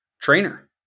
Trainer